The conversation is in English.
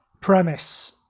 premise